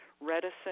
reticent